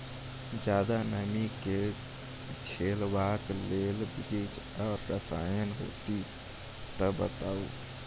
ज्यादा नमी के झेलवाक लेल बीज आर रसायन होति तऽ बताऊ?